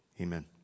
Amen